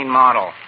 model